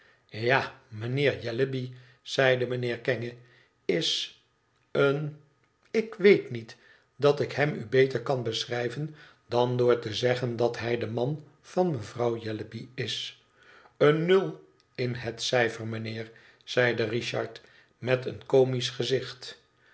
ja mijnheer jellyby zeide mijnheer kenge is een ik weet niet dat ik hem u beter kan beschrijven dan door te zeggen dat hij de man van mevrouw jellyby is een nul in het cijfer mijnheer zeide richard met een comisch gezicht